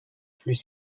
plus